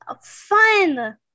Fun